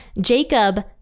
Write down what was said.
Jacob